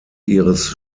ihres